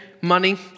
money